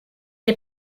est